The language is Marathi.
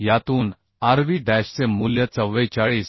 तर यातून Rv डॅशचे मूल्य 44